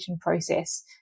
process